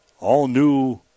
All-new